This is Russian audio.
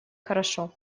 хорошо